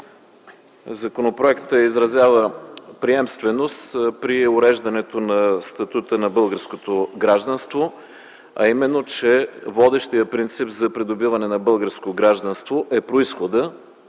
Законопроектът изразява приемственост при уреждането на статута на българското гражданство, а именно, че водещият принцип за придобиване на българско гражданство е произходът.